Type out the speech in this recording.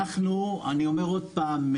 אנחנו, אני אומר עוד פעם,